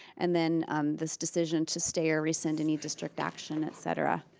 and then this decision to stay or resend any district action, et cetera,